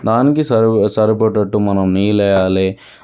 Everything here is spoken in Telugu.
దానికి సరి సరిపడేటట్టు మనము నీళ్ళు వెయ్యాలి